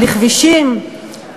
לכבישים,